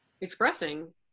expressing